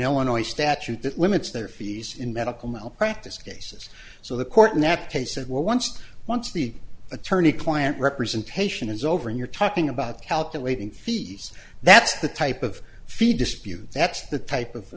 illinois statute that limits their fees in medical malpractise cases so the court next case said well once once the attorney client representation is over and you're talking about calculating fees that's the type of feed dispute that's the type of